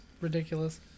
ridiculous